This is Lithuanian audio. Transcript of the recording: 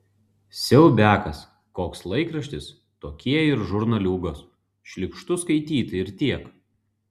siaubiakas koks laikraštis tokie ir žurnaliūgos šlykštu skaityt ir tiek